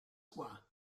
qua